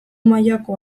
mailako